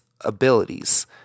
abilities